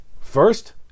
first